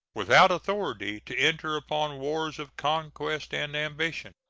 without authority to enter upon wars of conquest and ambition.